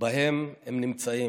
שבו הם נמצאים.